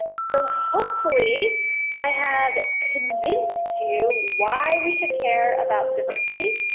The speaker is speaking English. so hopefully i have convinced you why we should care about diversity,